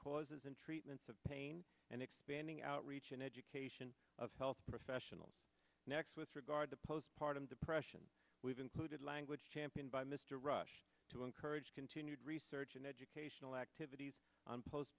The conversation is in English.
causes and treatments of pain and expanding outreach and education of health professionals next with regard to postpartum depression we've included language championed by mr rush to encourage continued research in educational activities